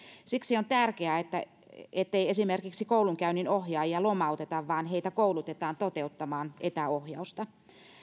siksi on tärkeää ettei esimerkiksi koulunkäynninohjaajia lomauteta vaan heitä koulutetaan toteuttamaan etäohjausta